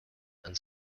and